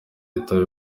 yitaba